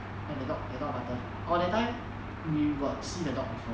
and the dog the dog butter orh that time we got see the dog before